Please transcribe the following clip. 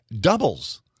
doubles